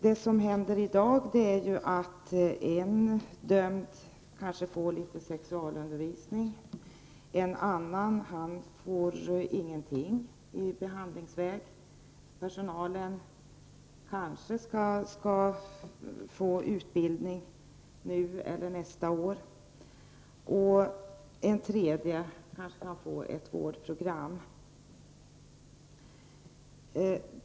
Det som händer i dag är att en dömd kanske får litet sexualundervisning, medan en annan inte får någonting i behandlingsväg. Personalen kanske skall få utbildning nu eller nästa år. En tredje person kanske kan få ett vårdprogram.